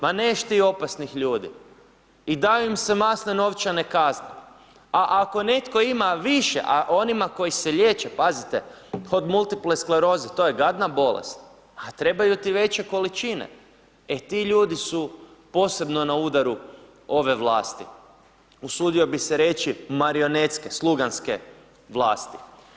Ma neš ti opasnih ljudi i daju im se masne novčane kazne, a ako netko ima više, a onima koji se liječe, pazite od multipleskleroze to je gadna bolest, a trebaju ti veće količine, e ti ljudi su posebno na udaru ove vlasti, usudio bi se reći marionetske, sluganske vlasti.